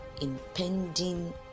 impending